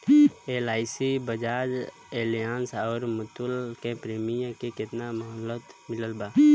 LIC Bajaj Allianz आउर मुथूट के premium के केतना मुहलत मिलल बा?